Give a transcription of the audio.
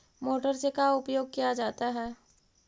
Motor से का उपयोग क्या जाता है?